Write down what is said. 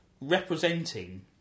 representing